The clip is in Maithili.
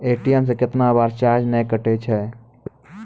ए.टी.एम से कैतना बार चार्ज नैय कटै छै?